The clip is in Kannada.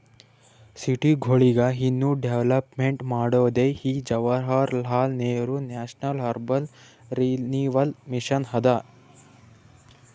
ಸಿಟಿಗೊಳಿಗ ಇನ್ನಾ ಡೆವಲಪ್ಮೆಂಟ್ ಮಾಡೋದೇ ಈ Jawaharlal Nehru national urban renewal mission ಅದಾ